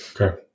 Okay